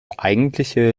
eigentliche